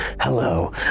Hello